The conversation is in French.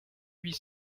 huit